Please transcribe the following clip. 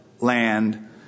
land